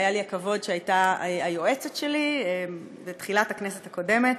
שהיה לי הכבוד שהייתה היועצת שלי בתחילת הכנסת הקודמת,